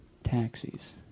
Taxis